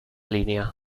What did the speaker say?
línea